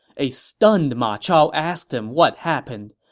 a stunned ma chao asked him what happened.